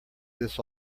this